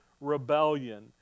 rebellion